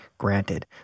Granted